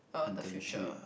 internship